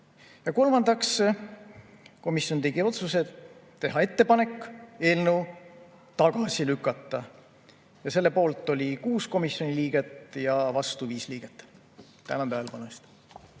Ja kolmandaks, komisjon tegi otsuse teha ettepanek eelnõu tagasi lükata. Selle poolt oli 6 komisjoni liiget ja vastu 5 liiget. Tänan tähelepanu